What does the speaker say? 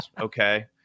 okay